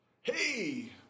hey